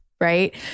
Right